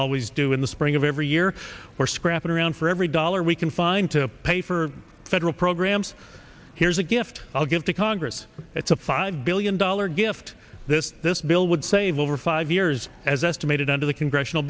always do in the spring of every year for scrapping around for every dollar we can find to pay for federal programs here's a gift i'll give to congress it's a five billion dollars gift this this bill would save over five years as estimated under the congressional